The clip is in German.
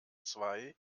zwei